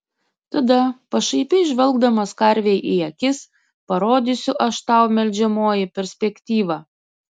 tada pašaipiai žvelgdamas karvei į akis parodysiu aš tau melžiamoji perspektyvą